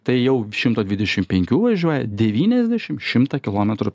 tai jau šimto dvidešim penkių važiuoja devyniasdešim šimtą kilometrų